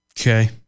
Okay